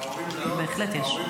בהחלט יש.